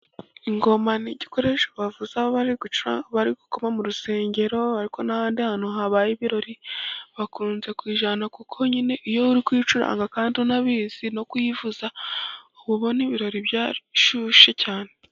Ingoma ni igikoresho bavuza aho bari gucuranga, bari gukoma mu rusengero. Ariko n'ahandi hantu habaye ibirori bakunze kuyijyana kuko nyine iyo uri kuyicuranga kandi unayizi , no kuyivuza uba ubona ibirori byashyushe cyane.